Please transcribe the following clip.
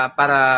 para